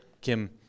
Kim